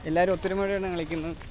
എല്ലാവരും ഒത്തൊരുമയോടെയാണ് കളിക്കുന്നത്